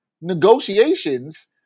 negotiations